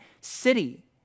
city